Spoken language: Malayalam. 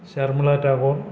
ശർമിള ടാഗോർ